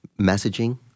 messaging